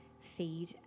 feed